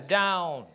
down